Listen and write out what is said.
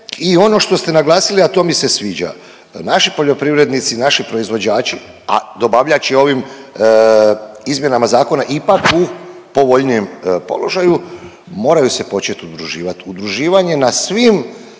i ono što ste naglasili, a to mi se sviđa. Naši poljoprivrednici, naši proizvođači, a dobavljač je ovim izmjenama zakona ipak u povoljnijem položaju, moraju se počet udruživat. Udruživanje na svim